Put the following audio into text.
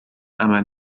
عمل